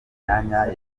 myanya